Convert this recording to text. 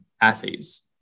assays